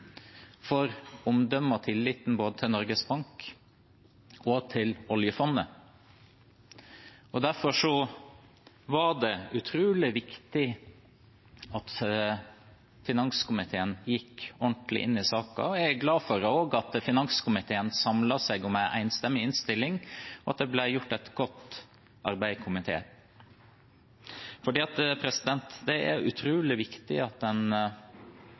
for omdømmet og tilliten både til Norges Bank og til oljefondet. Derfor var det utrolig viktig at finanskomiteen gikk ordentlig inn i saken. Jeg er også glad for at finanskomiteen samlet seg om en enstemmig innstilling, og at det ble gjort et godt arbeid i komiteen. Det er utrolig viktig at en